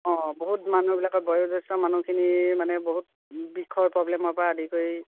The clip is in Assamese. অঁ বহুত মানুহবিলাকৰ বয়োজেষ্ঠ্য় মানুহখিনি মানে বহুত বিষৰ প্ৰব্লেমৰ পৰা আদি কৰি